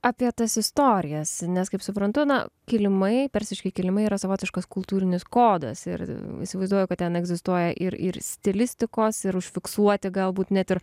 apie tas istorijas nes kaip suprantu na kilimai persiški kilimai yra savotiškas kultūrinis kodas ir įsivaizduoju kad ten egzistuoja ir ir stilistikos ir užfiksuoti galbūt net ir